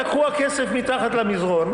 לקחו הכסף מתחת למזרון,